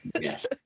Yes